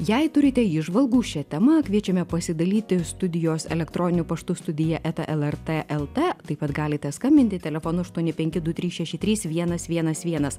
jei turite įžvalgų šia tema kviečiame pasidalyti studijos elektroniniu paštu studija eta lrt lt taip pat galite skambinti telefonu aštuoni penki du trys šeši trys vienas vienas vienas